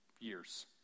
years